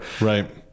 right